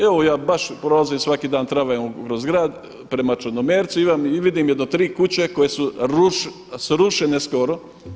Evo ja baš prolazim svaki dan tramvajem kroz grad prema Črnomercu i vidim jedno tri kuće koje su srušene skoro.